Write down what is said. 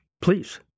Please